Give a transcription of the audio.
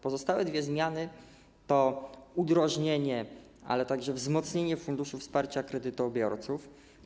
Pozostałe dwie zmiany to udrożnienie, ale także wzmocnienie Funduszu Wsparcia Kredytobiorców.